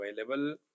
available